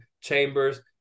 chambers